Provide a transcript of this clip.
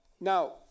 Now